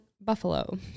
buffalo